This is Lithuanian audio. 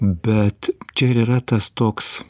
bet čia ir yra tas toks